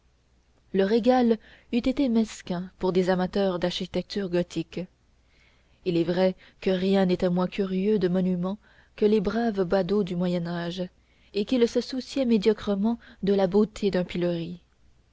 le régal eût été mesquin pour des amateurs d'architecture gothique il est vrai que rien n'était moins curieux de monuments que les braves badauds du moyen âge et qu'ils se souciaient médiocrement de la beauté d'un pilori